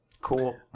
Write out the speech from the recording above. Cool